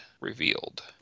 revealed